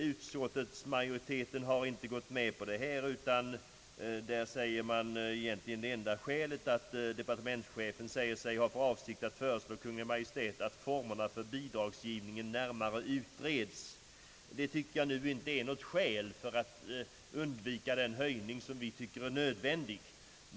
Utskottsmajoriteten har dock inte gått med på den utan anför som det egentligen enda skälet, att departementschefen har för avsikt att föreslå Kungl. Maj:t att formerna för bidragsgivningen närmare utreds. Det är enligt min mening inte något skäl för att inte gå med på den höjning som vi anser är nödvändig.